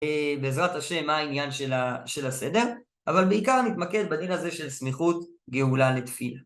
בעזרת השם מה העניין של הסדר, אבל בעיקר נתמקד בדין הזה של סמיכות גאולה לתפילה.